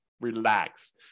relax